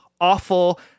awful